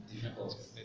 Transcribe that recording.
difficult